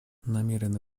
намерены